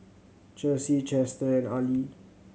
Cherise Chester and Arley